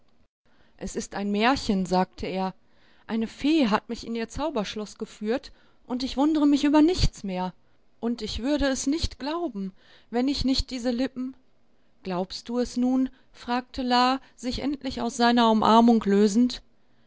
es ist ein märchen sagte er eine fee hat mich in ihr zauberschloß geführt und ich wundre mich über nichts mehr und ich würde es nicht glauben wenn ich nicht diese lippen glaubst du es nun fragte la sich endlich aus seiner umarmung lösend